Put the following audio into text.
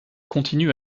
continue